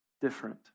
different